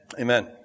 Amen